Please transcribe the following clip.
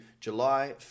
July